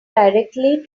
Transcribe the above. directly